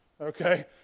Okay